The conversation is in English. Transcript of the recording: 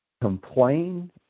complain